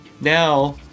now